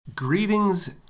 Greetings